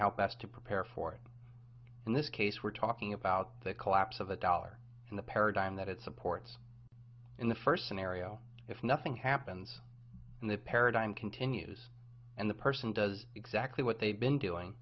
how best to prepare for it in this case we're talking about the collapse of the dollar and the paradigm that it supports in the first scenario if nothing happens and the paradigm continues and the person does exactly what they've been doing